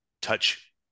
touch